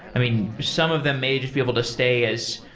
i mean, some of them may just be able to stay as,